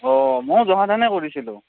অ মইও জহা ধানে কৰিছিলোঁ